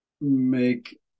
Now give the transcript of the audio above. make